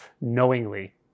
knowingly